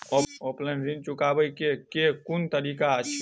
Offline ऋण चुकाबै केँ केँ कुन तरीका अछि?